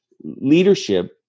leadership